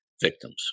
victims